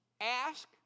ask